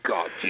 God